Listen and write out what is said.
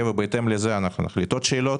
עוד שאלות?